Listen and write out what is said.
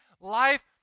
life